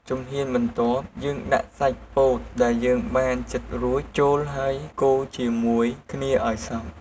ជំហានបន្ទាប់ យើងដាក់សាច់ពោតដែលយើងបានចិតរួចចូលហើយកូរជាមួយគ្នាឱ្យសព្វ។